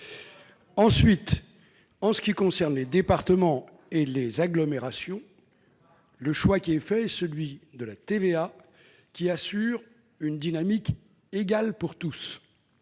suite du débat. Pour les départements et les agglomérations, le choix retenu est celui de la TVA, qui assure une dynamique égale pour tous,